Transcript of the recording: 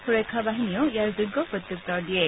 সুৰক্ষা বাহিনীয়েও ইয়াৰ যোগ্য প্ৰত্যুত্তৰ দিয়ে